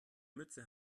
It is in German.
mütze